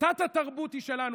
תת-התרבות היא שלנו.